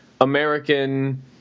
American